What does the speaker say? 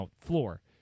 floor